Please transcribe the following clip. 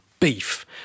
Beef